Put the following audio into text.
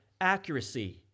accuracy